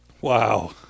Wow